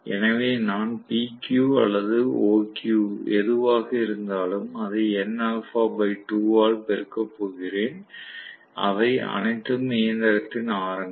எனவே நான் PQ அல்லது OQ எதுவாக இருந்தாலும் அதை nα 2 ஆல் பெருக்கப் போகிறேன் அவை அனைத்தும் இயந்திரத்தின் ஆரங்கள்